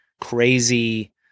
crazy